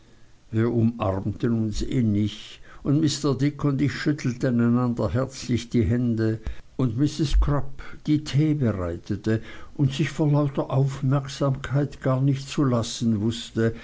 wir umarmten uns innig und mr dick und ich schüttelten einander herzlich die hände und mrs crupp die tee bereitete und sich vor lauter aufmerksamkeit gar nicht zu lassen wußte